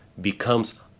becomes